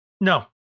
No